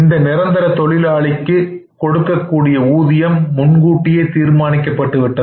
இந்த நிரந்தர தொழிலாளிக்கு கொடுக்கக்கூடிய ஊதியம் முன்கூட்டியே தீர்மானிக்கப்பட்டு விட்டது